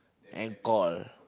and call